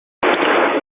how